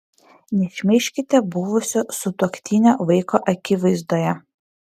nešmeižkite buvusio sutuoktinio vaiko akivaizdoje